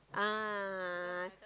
ah